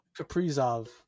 Kaprizov